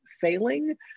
failing